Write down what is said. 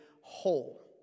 whole